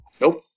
Nope